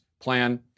plan